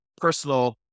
personal